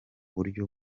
buryo